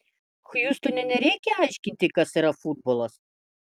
hjustone nereikia aiškinti kas yra futbolas